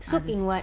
soak in what